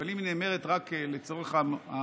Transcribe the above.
אבל אם היא נאמרת רק לצורך המליצה,